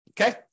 Okay